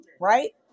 Right